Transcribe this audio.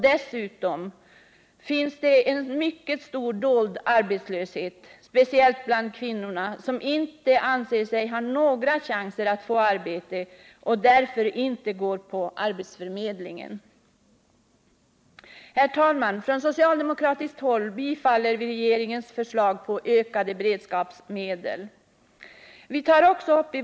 Dessutom finns det en mycket stor dold arbetslöshet, speciellt bland kvinnorna, som icke anser sig ha några chanser att få arbete och därför inte går till arbetsförmedlingen. Från socialdemokratiskt håll biträder vi regeringens förslag om ökade beredskapsmedel.